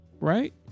Right